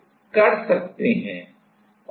तो यह Cd न्यूनतम है सही है